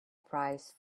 price